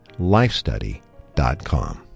lifestudy.com